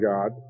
God